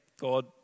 God